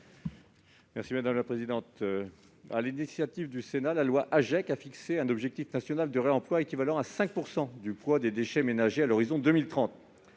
M. Daniel Salmon. Sur l'initiative du Sénat, la loi AGEC a fixé un objectif national de réemploi équivalent à 5 % du poids des déchets ménagers à l'horizon 2030.